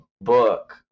book